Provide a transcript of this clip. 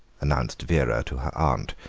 announced vera to her aunt,